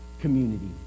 community